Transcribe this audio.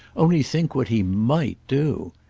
only think what he might do.